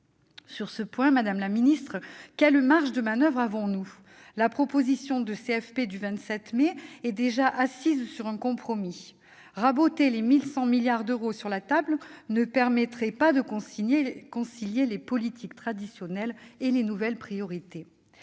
Sur ce point, madame la secrétaire d'État, quelle marge de manoeuvre avons-nous ? La proposition de CFP du 27 mai est déjà assise sur un compromis. Raboter les 1 100 milliards d'euros sur la table ne permettrait pas de concilier les politiques traditionnelles et les nouvelles priorités.